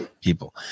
people